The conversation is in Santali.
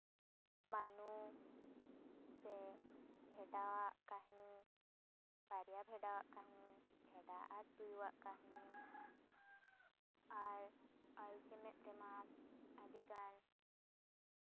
ᱢᱟᱹᱱᱩ ᱥᱮ ᱵᱷᱮᱰᱟ ᱟᱜ ᱠᱟᱹᱦᱱᱤ ᱵᱟᱨᱭᱟ ᱵᱷᱮᱰᱟᱣᱟᱜ ᱠᱟᱹᱦᱱᱤ ᱵᱷᱮᱰᱟ ᱟᱨ ᱛᱩᱭᱩ ᱟᱜ ᱠᱟᱹᱦᱱᱤ ᱟᱨ ᱚᱞ ᱪᱮᱢᱮᱫ ᱨᱮᱢᱟ ᱟᱹᱰᱤᱜᱟᱱ